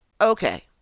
Okay